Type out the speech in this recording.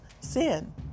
sin